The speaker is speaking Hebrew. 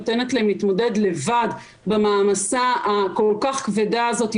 נותנת להם להתמודד לבד במעמסה הכל כך כבדה הזאת,